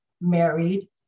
married